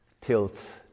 tilts